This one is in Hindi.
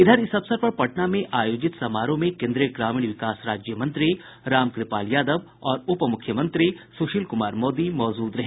इधर इस अवसर पर पटना में आयोजित समारोह में केन्द्रीय ग्रामीण विकास राज्य मंत्री रामकृपाल यादव और उप मुख्यमंत्री सुशील कुमार मोदी मौजूद रहे